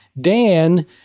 Dan